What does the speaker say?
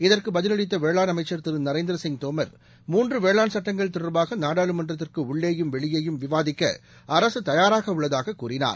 இதற்குபதிலளித்தவேளாண் அமைச்சர் திருநரேந்திரசிங் தோம் மூன்றுவேளாண் சட்டங்கள் தொடர்பாகநாடாளுமன்றத்திற்குஉள்ளேயும் வெளியேயும் விவாதிக்கஅரசுதயாராகஉள்ளதாககூறினார்